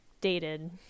dated